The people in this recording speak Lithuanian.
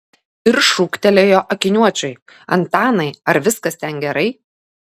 ir šūktelėjo akiniuočiui antanai ar viskas ten gerai